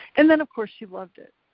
and then of course she loved it.